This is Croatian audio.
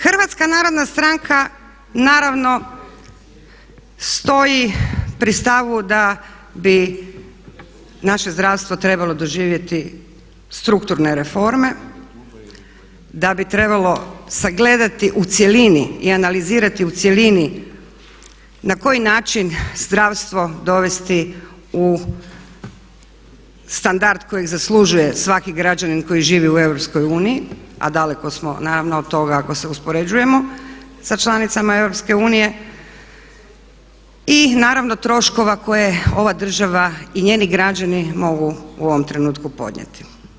Hrvatska narodna stranka naravno stoji pri stavu da bi naše zdravstvo trebalo doživjeti strukturne reforme, da bi trebalo sagledati u cjelini i analizirati u cjelini na koji način zdravstvo dovesti u standard kojeg zaslužuje svaki građanin koji živi u EU, a daleko smo naravno od toga ako se uspoređujemo sa članicama EU i naravno troškova koje ova država i njeni građani mogu u ovom trenutku podnijeti.